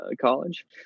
college